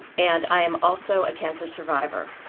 and i am also a cancer survivor.